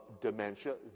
dementia